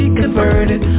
converted